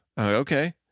Okay